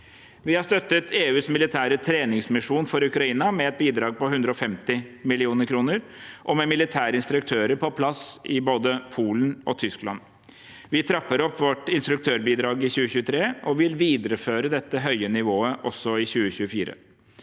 Vi har støttet EUs militære treningsmisjon for Ukraina med et bidrag på 150 mill. kr, og med militære instruktører på plass i både Polen og Tyskland. Vi trapper opp vårt instruktørbidrag i 2023 og vil videreføre dette høye nivået også i 2024.